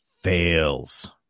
fails